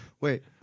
Wait